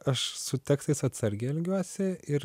aš su tekstais atsargiai elgiuosi ir